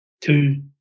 two